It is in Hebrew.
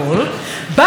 בואו נטרפד את זה.